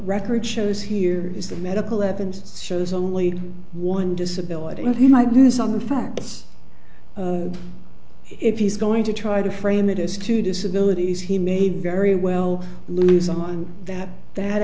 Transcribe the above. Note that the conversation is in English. record shows here is the medical evidence shows only one disability in my views on the facts if he's going to try to frame it as to disability he may very well lose on that that